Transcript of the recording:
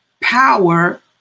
power